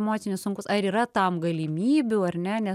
emocinius sunkus ar yra tam galimybių ar ne nes